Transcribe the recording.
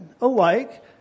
alike